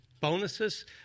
bonuses